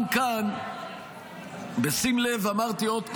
גם כאן בשים לב אמרתי עוד פעם,